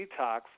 detox